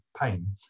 pain